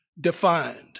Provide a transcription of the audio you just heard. defined